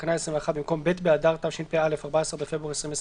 בתקנה 21 במקום "ב' באדר התשפ"א (14 בפברואר 2021))"